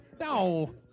No